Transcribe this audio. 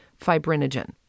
fibrinogen